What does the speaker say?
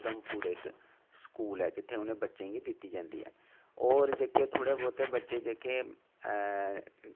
साढ़े उधमपुर इक्क स्कूल ऐ जित्थै उ'नेंगी दित्ती जंदी ऐ होर जेह्के थोह्ड़े बहुत बच्चे जेह्के